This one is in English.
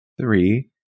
Three